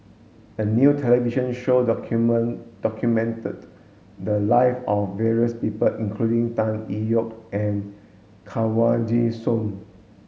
a new television show document documented the lives of various people including Tan Tee Yoke and Kanwaljit Soin